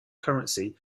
currency